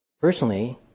personally